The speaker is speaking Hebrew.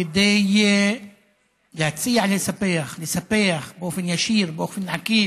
כדי להציע לספח, לספח באופן ישיר, באופן עקיף.